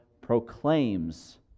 proclaims